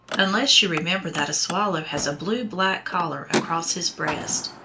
unless you remember that a swallow has a blue-black collar across his breast,